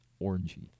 Orangey